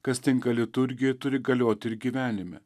kas tinka liturgijoj turi galioti ir gyvenime